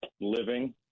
living